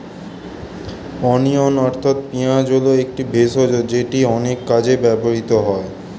onion অর্থাৎ পেঁয়াজ হল একটি ভেষজ যেটি অনেক কাজে ব্যবহৃত হয়